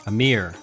Amir